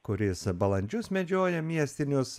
kuris balandžius medžioja miestinius